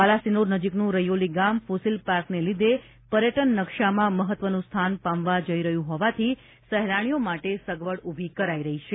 બાલાસિનોર નજીકનું રૈયોલી ગામ ફોસિલ પાર્કને લીધે પર્યટન નકશામાં મહત્વનું સ્થાન પામવા જઇ રહ્યું હોવાથી સહેલાણીઓ માટે સગવડ ઊભી કરાઈ રહી છે